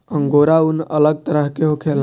angora ऊन अलग तरह के होखेला